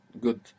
Good